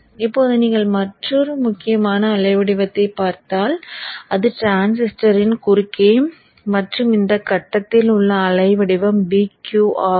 இப்போது நீங்கள் மற்றொரு முக்கியமான அலை வடிவத்தைப் பார்த்தால் அது டிரான்சிஸ்டரின் குறுக்கே மற்றும் இந்த கட்டத்தில் உள்ள அலை வடிவம் Vq ஆகும்